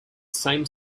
same